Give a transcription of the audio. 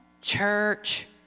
church